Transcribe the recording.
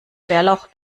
bärlauch